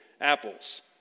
apples